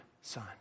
son